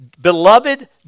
beloved